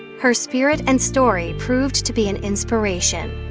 her spirit and story proved to be an inspiration.